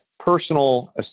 Personal